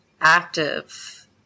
active